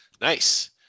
Nice